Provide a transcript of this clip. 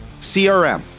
CRM